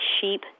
sheep